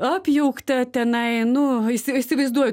apjaukta tenai nu isi įsivaizduoju